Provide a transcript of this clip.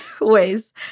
ways